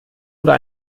oder